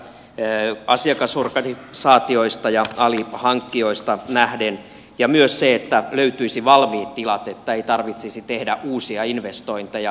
ey asiassa suurpedon saa asiakasorganisaatioista ja alihankkijoista nähden ja myös löytyisi valmiit tilat että ei tarvitsisi tehdä uusia investointeja